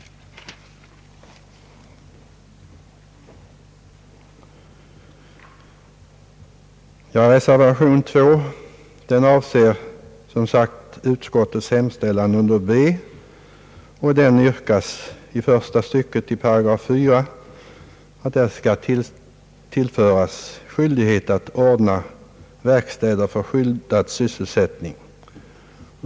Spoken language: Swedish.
Reservation II avser som sagt utskottets hemställan under B. I första hand yrkar man att i första stycket i 4 § skall införas skyldighet att ordna verkstäder för skyddad sysselsättning.